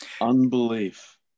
Unbelief